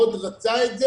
מאוד רצה את זה.